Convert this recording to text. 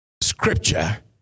Scripture